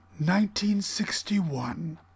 1961